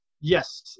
Yes